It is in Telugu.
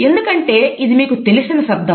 ఎందుకంటే ఇది మీకు తెలిసిన శబ్దం